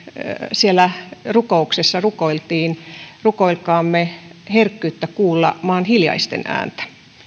siellä rukouksessa rukoiltiin rukoilkaamme herkkyyttä kuulla maan hiljaisten ääntä